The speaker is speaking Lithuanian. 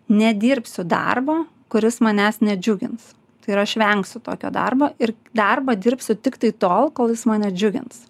nedirbsiu darbo kuris manęs nedžiugins tai yra aš vengsiu tokio darbo ir darbą dirbsiu tiktai tol kol jis mane džiugins